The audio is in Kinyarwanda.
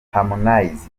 harmonize